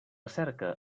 cerca